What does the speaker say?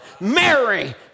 Mary